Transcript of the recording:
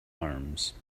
arms